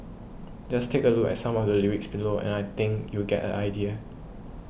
just take a look at some of the lyrics below and I think you'll get a idea